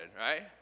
right